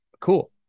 cool